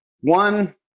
one